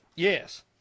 Yes